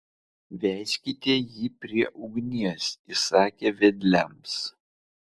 veskite jį prie ugnies įsakė vedliams